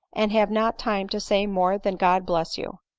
and have not time to say more than god bless you!